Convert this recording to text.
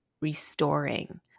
restoring